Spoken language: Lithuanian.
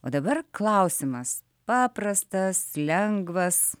o dabar klausimas paprastas lengvas